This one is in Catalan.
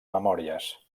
memòries